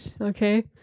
Okay